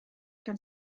gan